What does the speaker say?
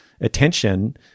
attention